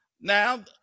Now